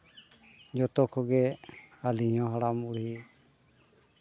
ᱡᱚᱛᱚ ᱠᱚᱜᱮ ᱟᱹᱞᱤᱧ ᱦᱚᱸ ᱦᱟᱲᱟᱢ ᱵᱩᱲᱦᱤ